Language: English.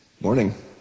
Morning